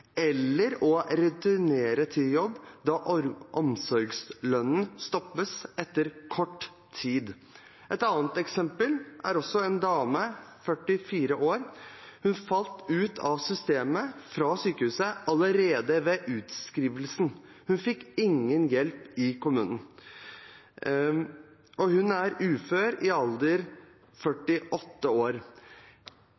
eller å returnere til jobb, da omsorgslønnen stoppes etter kort tid. Et annet eksempel er en dame på 44 år som falt ut av systemet ved sykehuset allerede ved utskrivelsen – hun fikk ingen hjelp i kommunen. Hun er i dag ufør, i en alder